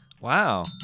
Wow